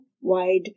wide